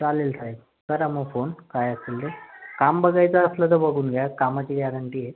चालेल साहेब करा मग फोन काय असेल ते काम बघायचं असलं तर बघून घ्या कामाची गॅरंटी आहे